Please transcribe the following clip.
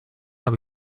habe